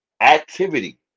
activity